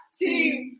team